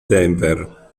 denver